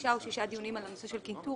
חמישה או שישה דיונים על הנושא של קנטור